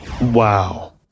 Wow